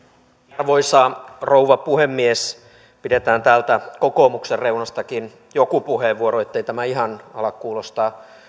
arvoisa rouva puhemies pidetään täältä kokoomuksen reunastakin jokin puheenvuoro ettei tämä ihan ala kuulostaa